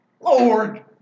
Lord